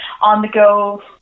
on-the-go